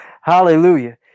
Hallelujah